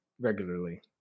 regularly